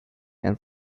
and